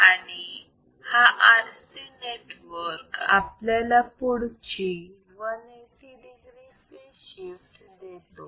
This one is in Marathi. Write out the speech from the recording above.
आणि हा RC नेटवर्क आपल्याला पुढची 180 degree फेज शिफ्ट देतो